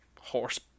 horse